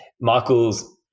Michael's